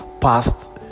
past